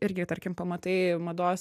irgi tarkim pamatai mados